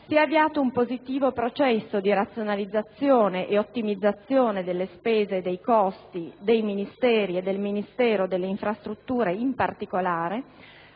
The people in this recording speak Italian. si è avviato un positivo processo di razionalizzazione e ottimizzazione delle spese e dei costi dei Ministeri, e del Ministero delle infrastrutture in particolare,